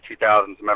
2000s